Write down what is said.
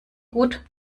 gut